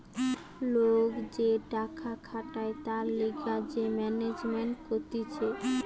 লোক যে টাকা খাটায় তার লিগে যে ম্যানেজমেন্ট কতিছে